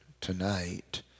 tonight